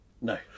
No